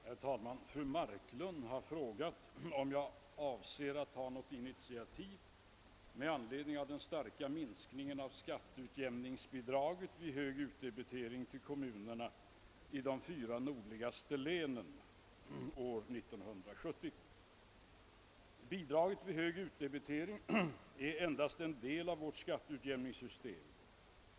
Herr talman! Fru Marklund har frågat mig, om jag avser att ta något initiativ med anledning av den starka minskningen av skatteutjämningsbidraget vid hög utdebitering till kommunerna i de fyra nordligaste länen för år 1970. Bidraget vid hög utdebitering är endast en del i vårt skatteutjämningssystem.